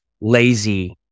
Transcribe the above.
lazy